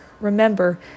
Remember